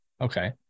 Okay